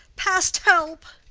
past help!